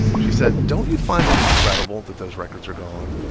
she said, don't you find it incredible that those records are gone?